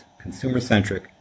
consumer-centric